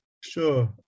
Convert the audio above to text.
Sure